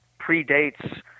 predates